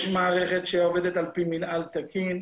יש מערכת שעובדת על פי מנהל תקין,